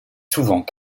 souvent